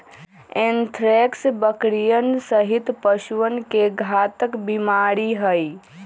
anthrax बकरियन सहित पशुअन के घातक बीमारी हई